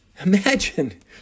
Imagine